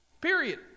Period